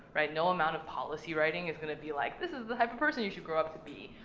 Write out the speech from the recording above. right? no amount of policy writing is gonna be like, this is the type of person you should grow up to be,